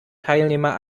teilnehmer